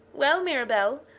well, mirabell,